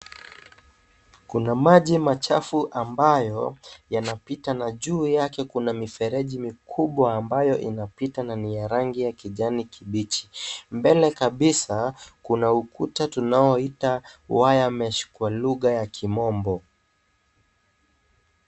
Kuna maji machafu ambayo yanapita na juu yake kuna mifereji mikubwa ambayo inapita na ni ya rangi ya kijani kibichi. Mbele kabisa kuna ukuta unaoitwa wire mesh kwa lugha ya kimombo.